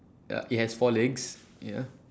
ya he has four legs ya